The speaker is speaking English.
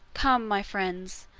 come, my friends,